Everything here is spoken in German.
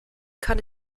kann